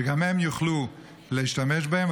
כדי שגם הם יוכלו להשתמש בהם.